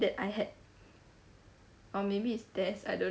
that I had or maybe it's test I don't